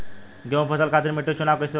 गेंहू फसल खातिर मिट्टी चुनाव कईसे होखे?